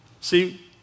See